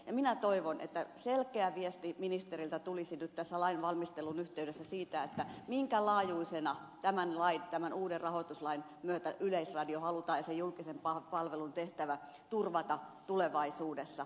minä toivon että selkeä viesti ministeriltä tulisi nyt tässä lain valmistelun yhteydessä siitä minkä laajuisena tämän lain tämän uuden rahoituslain myötä yleisradio ja sen julkisen palvelun tehtävä halutaan turvata tulevaisuudessa